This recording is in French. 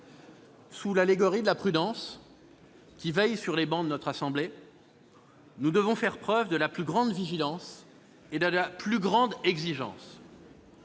Sous l'allégorie de la prudence, qui veille sur les travées de notre assemblée, nous devons faire preuve de la plus grande vigilance et de la plus grande exigence.